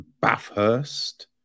Bathurst